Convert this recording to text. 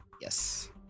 Yes